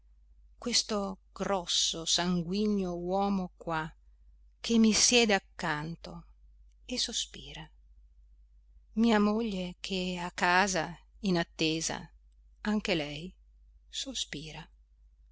questo grosso sanguigno uomo qua che mi siede accanto e sospira mia moglie che a casa in attesa anche lei sospira